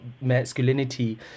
masculinity